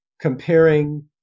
comparing